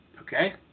Okay